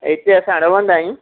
हिते असां रहंदा आहियूं